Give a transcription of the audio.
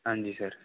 हां जी सर